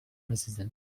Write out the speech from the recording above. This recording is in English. residence